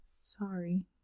Sorry